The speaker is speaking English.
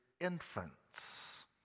infants